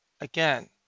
again